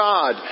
God